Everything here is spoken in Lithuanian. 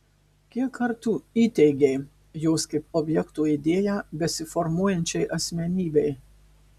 kiek kartų įteigei jos kaip objekto idėją besiformuojančiai asmenybei